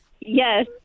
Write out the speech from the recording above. Yes